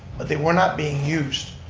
but they were not being used,